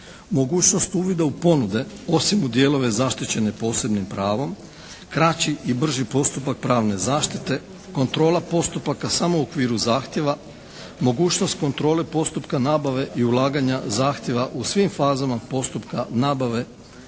Mogućnost uvida u ponude osim u dijelove zaštićene posebnim pravom, kraći i brži postupak pravne zaštite, kontrola postupaka samo u okviru zahtjeva, mogućnost kontrole postupka nabave i ulaganje zahtjeva u svim fazama postupka nabave,